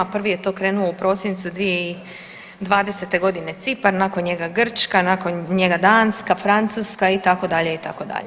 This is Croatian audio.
Prvi je to krenuo u prosincu 2020. g. Cipar, nakon njega Grčka, nakon njega Danska, Francuska, itd., itd.